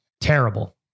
Terrible